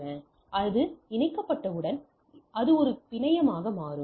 அது இணைக்கப்பட்டவுடன் அது ஒரு பிணையமாக மாறும்